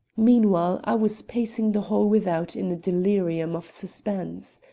meanwhile i was pacing the hall without in a delirium of suspense.